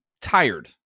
tired